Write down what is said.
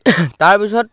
তাৰ পিছত